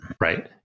Right